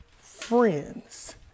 friends